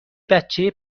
بچه